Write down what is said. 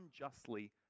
unjustly